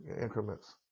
increments